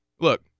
look